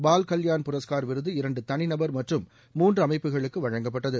பால் கல்யாண் புரஸ்கார் விருது இரண்டு தனிநபர் மற்றும் மூன்று அமைப்புகளுக்கு வழங்கப்பட்டது